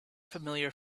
familiar